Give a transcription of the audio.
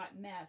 mess